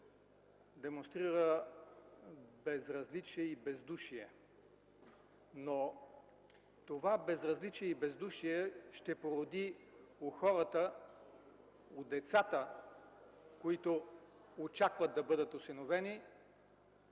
демонстрира безразличие и бездушие, но това безразличие и бездушие ще породи у хората, у децата, които очакват да бъдат осиновени,